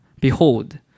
Behold